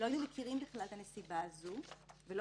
היינו מכירים בכלל את הנסיבה הזאת ולא